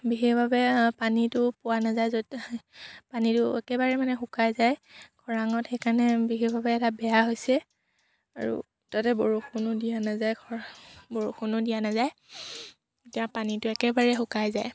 বিশেষভাৱে পানীটো পোৱা নাযায় য'ত পানীটো একেবাৰে মানে শুকাই যায় খৰাঙত সেইকাৰণে বিশেষভাৱে এটা বেয়া হৈছে আৰু তাতে বৰষুণো দিয়া নাযায় খৰাং বৰষুণো দিয়া নাযায় তেতিয়া পানীটো একেবাৰে শুকাই যায়